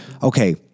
Okay